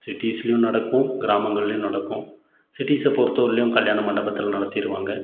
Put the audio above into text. சிட்டிஸ்லேயும் நடக்கும் கிராமங்கள்லேயும் நடக்கும் சிட்டிஸை பொருத்தவரையும் கல்யாண மண்டபத்தில் நடத்திடுவாங்க